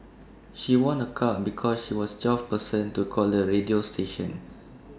she won A car because she was the twelfth person to call the radio station